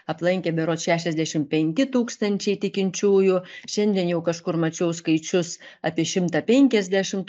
aplankė berods šešiasdešim penki tūkstančiai tikinčiųjų šiandien jau kažkur mačiau skaičius apie šimtą penkiasdešimt